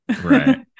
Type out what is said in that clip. Right